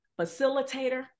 facilitator